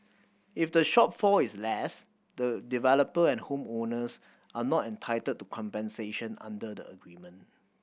if the shortfall is less the developer and home owners are not entitled to compensation under the agreement